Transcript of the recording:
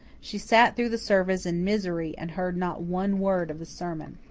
she sat through the service in misery and heard not one word of the sermon.